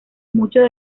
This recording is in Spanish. muchos